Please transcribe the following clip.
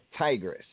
Tigress